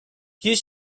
you